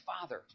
father